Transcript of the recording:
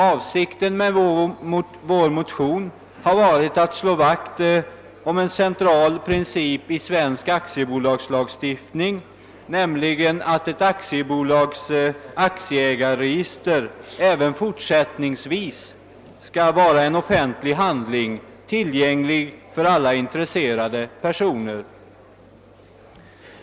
Avsikten med vår motion har varit att slå vakt om en central princip i svensk aktiebolagslagstiftning, nämligen att ett aktiebolags aktieägarregister även förtsättningsvis skall vara en offentlig handling, tillgänglig för alla intresserade personer.